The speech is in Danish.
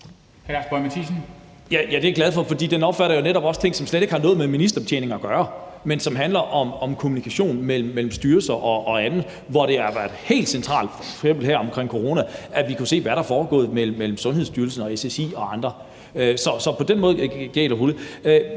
Lars Boje Mathiesen (NB): Det er jeg glad for, for den omfatter jo netop også ting, som slet ikke har noget med ministerbetjening at gøre, men som handler om kommunikationen mellem styrelser og andre, hvor det har været helt centralt, at vi kunne se, hvad der er foregået, f.eks. her omkring corona at kunne se, hvad der er foregået mellem Sundhedsstyrelsen og SSI og andre. Så på den måde er jeg enig.